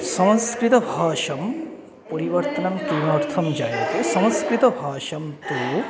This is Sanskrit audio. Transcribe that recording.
संस्कृतभाषायाः परिवर्तनं किमर्थं जायते संस्कृतभाषा तु